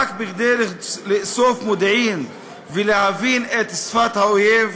רק כדי לאסוף מודיעין ולהבין את שפת האויב?